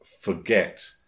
forget